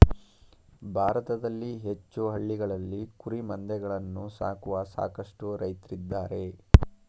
ಭಾರತದಲ್ಲಿ ಹೆಚ್ಚು ಹಳ್ಳಿಗಳಲ್ಲಿ ಕುರಿಮಂದೆಗಳನ್ನು ಸಾಕುವ ಸಾಕಷ್ಟು ರೈತ್ರಿದ್ದಾರೆ